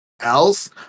else